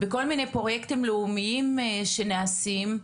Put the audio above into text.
בכל מיני פרוייקטים לאומיים שנעשים,